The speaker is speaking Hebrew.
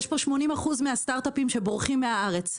80% מהסטרטאפים בורחים מהארץ.